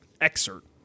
excerpt